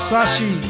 Sashi